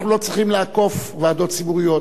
אנחנו לא צריכים לעקוף ועדות ציבוריות.